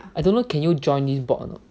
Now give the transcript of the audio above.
I don't know can you join this bot or not